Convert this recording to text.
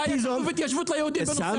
לא היה כתוב התיישבות ליהודים בנושא הדיון.